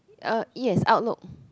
uh yes Outlook